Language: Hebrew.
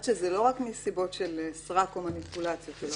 הקיימת כיום, שהיא שלוש שנים, לתקופות שייקבעו